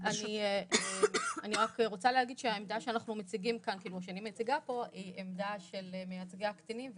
אני רק רוצה להגיד שהעמדה שאני מציגה פה היא עמדה של מייצגי הקטינים,